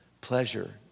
pleasure